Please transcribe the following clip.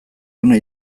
ona